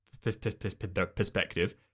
Perspective